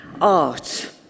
Art